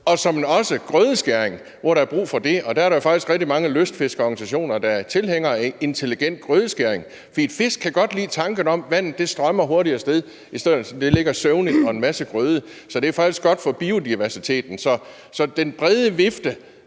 også være grødeskæring, hvor der er brug for det. Der er jo faktisk rigtig mange lystfiskerorganisationer, der er tilhængere af intelligent grødeskæring, for fisk kan godt lide tanken om, at vandet strømmer hurtigt afsted, i stedet for at det ligger søvnigt med en masse grøde, så det er faktisk godt for biodiversiteten. Så er De